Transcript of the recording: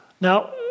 Now